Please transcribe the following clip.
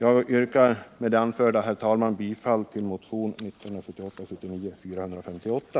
Med det anförda yrkar jag, herr talman, bifall till motionen 1978/ 79:458.